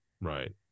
Right